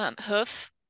hoof